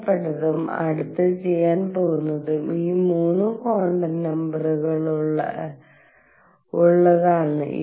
പ്രധാനപ്പെട്ടതും അടുത്ത പ്രഭാഷണത്തിൽ ഞാൻ കവർ ചെയ്യാൻ പോകുന്നതും ഈ 3 ക്വാണ്ടം നമ്പറുകൾക്വാണ്ടും numbers ഉള്ളതാണ്